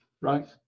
right